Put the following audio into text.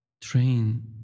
Train